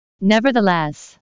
Nevertheless